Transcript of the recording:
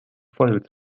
folge